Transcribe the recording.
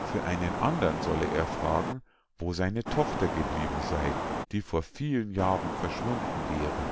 für einen andern solle er fragen wo seine tochter geblieben sei die vor vielen jahren verschwunden wäre